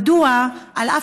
3. מדוע, אף